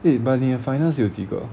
eh but 你的 finance 有几个